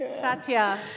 Satya